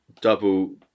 double